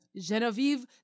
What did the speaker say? Genevieve